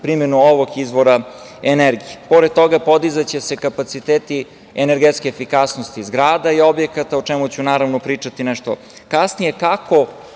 primenu ovog izvora energije. Pored toga, podizaće se kapaciteti energetske efikasnosti zgrada i objekata o čemu ću, naravno, pričati nešto kasnije,